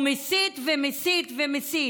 הוא מסית ומסית ומסית.